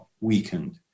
weakened